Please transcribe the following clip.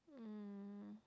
um